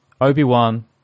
obi-wan